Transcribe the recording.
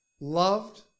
loved